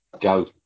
Go